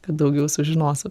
kad daugiau sužinos